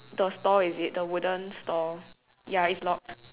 the store is it the wooden store ya it's locked